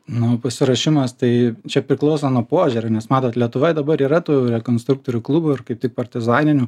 nu pasiruošimas tai čia priklauso nuo požiūrio nes matot lietuvoj dabar yra tų rekonstruktorių klubų ir kaip tik partizaninių